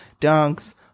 dunks